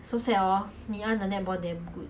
I never so I only go in